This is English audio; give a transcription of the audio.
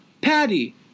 Patty